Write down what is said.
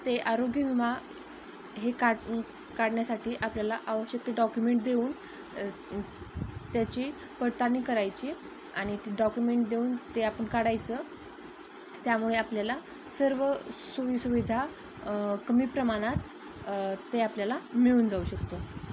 ते आरोग्य विमा हे काढ काढण्यासाठी आपल्याला आवश्यक ते डॉक्युमेंट देऊन त्याची पडताळणी करायची आणि ते डॉक्युमेंट देऊन ते आपण काढायचं त्यामुळे आपल्याला सर्व सोईसुविधा कमी प्रमाणात ते आपल्याला मिळून जाऊ शकतं